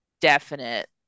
definite